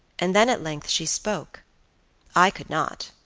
and then at length she spoke i could not.